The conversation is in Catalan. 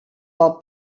pel